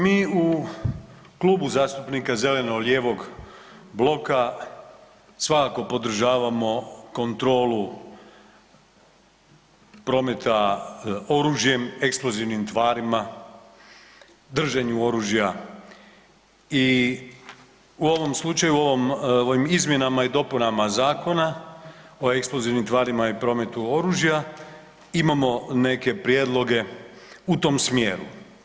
Mi u Klubu zastupnika zeleno-lijevog bloka svakako podržavamo kontrolu prometa oružjem, eksplozivnim tvarima, drženju oružja i u ovom slučaju, u ovim izmjenama i dopunama Zakona o eksplozivnim tvarima i prometu oružja imamo neke prijedlog u tom smjeru.